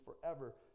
forever